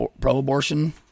pro-abortion